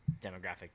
demographic